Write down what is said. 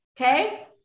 okay